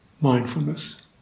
Mindfulness